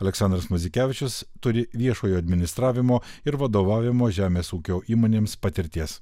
aleksandras muzikevičius turi viešojo administravimo ir vadovavimo žemės ūkio įmonėms patirties